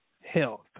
health